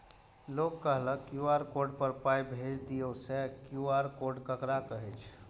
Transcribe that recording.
लोग कहलक QR code पर पाय भेज दियौ से क्यू.आर कोड ककरा कहै छै?